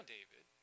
David